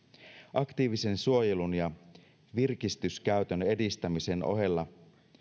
aktiivisen suojelun ja virkistyskäytön edistämisen ohella